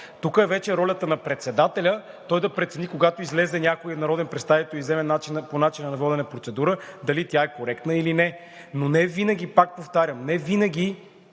Тук вече е ролята на председателя – той да прецени, когато излезе някой народен представител и вземе по начина на водене процедура, дали тя е коректна или не. Но невинаги, пак повтарям, невинаги